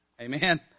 amen